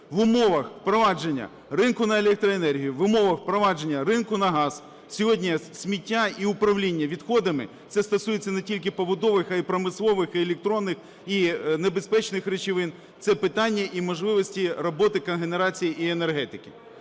В умовах впровадження ринку на електроенергію, в умовах впровадження ринку на газ сьогодні сміття і управління відходами - це стосується не тільки побутових, а й промислових, і електронних, і небезпечних речовин, - це питання і можливості роботи екогенерації і енергетики.